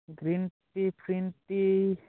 green tea ଫ୍ରୀନ୍ ଟି